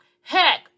Heck